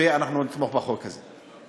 ואנחנו נתמוך בחוק הזה.